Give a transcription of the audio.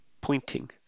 pointing